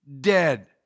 dead